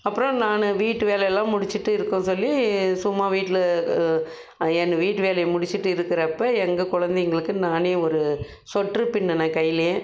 அப்புறம் நான் வீட்டு வேலைலாம் முடிச்சுட்டு இருக்க சொல்லி சும்மா வீட்டில் என்ன வீட்டு வேலையை முடிச்சுட்டு இருக்கிறப்ப எங்கள் குழந்தைங்களுக்கு நான் ஒரு சொட்ரு பின்னினேன் கையிலேயே